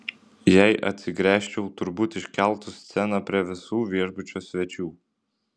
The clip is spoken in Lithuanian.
jei atsigręžčiau turbūt iškeltų sceną prie visų viešbučio svečių